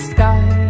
Sky